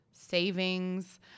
savings